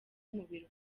umubiri